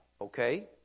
okay